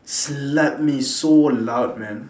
slapped me so loud man